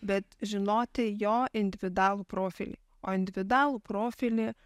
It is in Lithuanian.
bet žinoti jo individualų profilį o individualų profilį